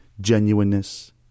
genuineness